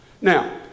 Now